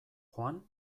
joan